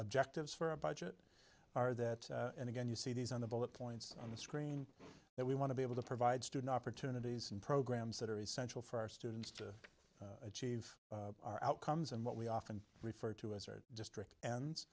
objectives for a budget are that and again you see these on the bullet points on the screen that we want to be able to provide student opportunities and programs that are essential for our students to achieve our outcomes and what we often refer to as are district ends